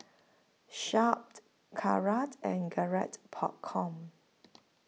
Sharp Kara and Garrett Popcorn